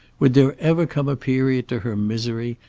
would there ever come a period to her misery,